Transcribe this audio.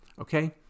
okay